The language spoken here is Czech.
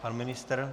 Pan ministr?